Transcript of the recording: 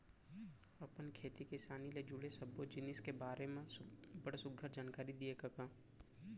अपन खेती किसानी ले जुड़े सब्बो जिनिस के बारे म बड़ सुग्घर जानकारी दिए कका